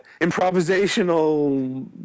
improvisational